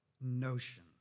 notion